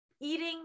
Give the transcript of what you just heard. eating